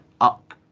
up